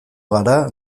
gara